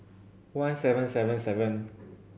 one seven seven seven